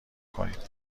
کنید